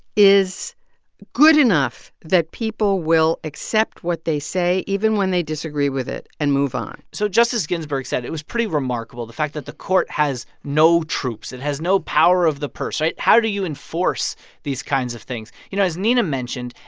is good enough that people will accept what they say, even when they disagree with it, and move on so justice ginsburg said it was pretty remarkable the fact that the court has no troops. it has no power of the purse, right? how do you enforce these kinds of things? you know, as nina mentioned,